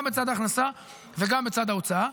גם בצד ההכנסה וגם בצד ההוצאה.